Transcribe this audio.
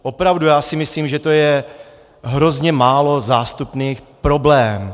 Opravdu, já si myslím, že je to hrozně málo zástupný problém.